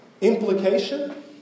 Implication